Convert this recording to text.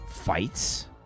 Fights